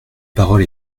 parole